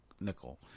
Nickel